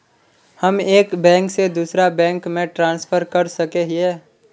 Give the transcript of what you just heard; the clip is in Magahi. हम एक बैंक से दूसरा बैंक में ट्रांसफर कर सके हिये?